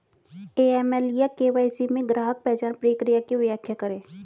AML या KYC में ग्राहक पहचान प्रक्रिया की व्याख्या करें?